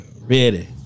Ready